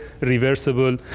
reversible